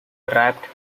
wrapped